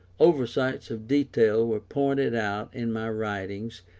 oversights of detail were pointed out in my writings,